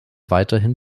weiterhin